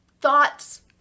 thoughts